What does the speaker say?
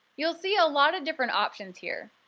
you'll see a lot of different options here.